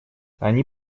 они